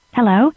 Hello